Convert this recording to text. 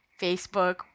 Facebook